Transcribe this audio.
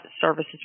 services